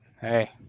hey